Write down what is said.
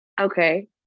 Okay